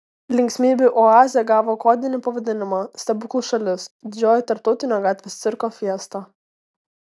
linksmybių oazė gavo kodinį pavadinimą stebuklų šalis didžioji tarptautinio gatvės cirko fiesta